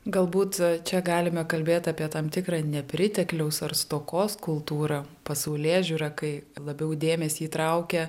galbūt čia galime kalbėt apie tam tikrą nepritekliaus ar stokos kultūrą pasaulėžiūrą kai labiau dėmesį traukia